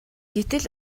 гэтэл